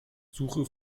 suche